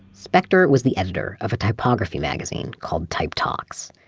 speckter was the editor of a typography magazine called type talks,